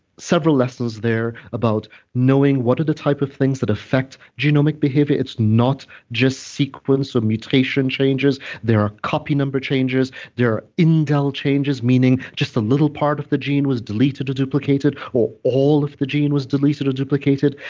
several lessons there about knowing what are the type of things that effect genomic behavior it's not just sequence or mutation changes, there are copy number changes there and are changes, meaning just a little part of the gene was deleted or duplicated, or all of the gene was deleted or duplicated.